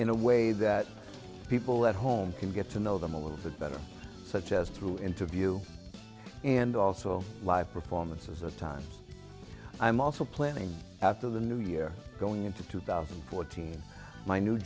in a way that people at home can get to know them a little bit better such as through interview and also live performances at times i'm also planning after the new year going into two thousand and fourteen my new